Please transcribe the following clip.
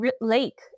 lake